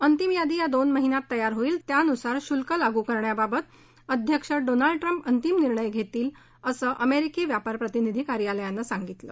अंतिम यादी या दोन महिन्यात तयार होईल त्यानंतर त्यानुसार शुल्क लागू करण्याबाबत अध्यक्ष डोनाल्ड ट्रम्प अंतिम निर्णय घेतील असं अमेरिकी व्यापार प्रतिनिधी कार्यालयानं सांगितलं